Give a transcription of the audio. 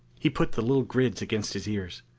he put the little grids against his ears.